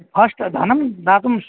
हाश्ट् धनं दातुं